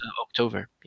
October